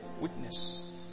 witness